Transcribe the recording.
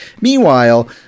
Meanwhile